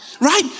right